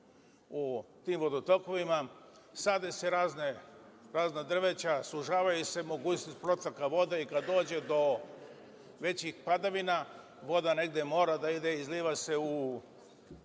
o tim vodotokovima. Sade se razna drveća, sužava se mogućnost protoka voda i kad dođe do većih padavina, voda negde mora da ide, izliva se u